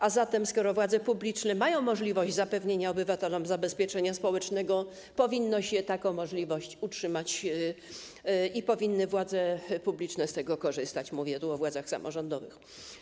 A zatem skoro władze publiczne mają możliwość zapewnienia obywatelom zabezpieczenia społecznego, powinno się taką możliwość utrzymać i władze publiczne powinny z tego korzystać - mówię tu o władzach samorządowych.